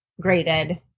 graded